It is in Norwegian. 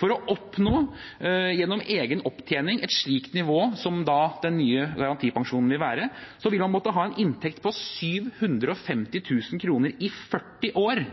For å oppnå – gjennom egen opptjening – et slikt nivå, som da den nye garantipensjonen vil være, ville man måtte ha en inntekt på 750 000 kr i 40 år.